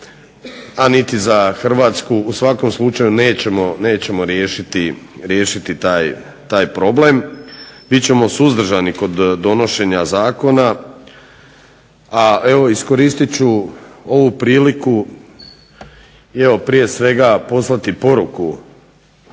a niti za Hrvatsku u svakom slučaju nećemo riješiti taj problem. bit ćemo suzdržani kod donošenja zakona. A evo iskoristit ću ovu priliku i prije svega poslati poruku vladajućoj